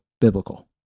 biblical